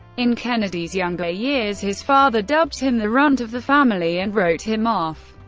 in kennedy's younger years, his father dubbed him the runt of the family and wrote him off.